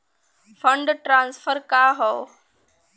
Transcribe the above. Fund transfer का हव?